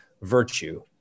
virtue